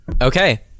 Okay